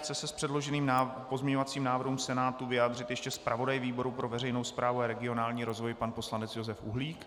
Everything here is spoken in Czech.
Chce se k předloženým pozměňovacím návrhu Senátu vyjádřit ještě zpravodaj výboru pro veřejnou správu a regionální rozvoj pan poslanec Josef Uhlík?